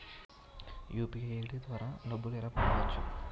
UPI ID ద్వారా డబ్బులు ఎలా పంపవచ్చు?